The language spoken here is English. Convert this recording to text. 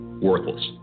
worthless